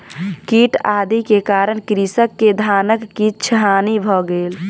कीट आदि के कारण कृषक के धानक किछ हानि भ गेल